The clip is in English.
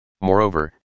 Moreover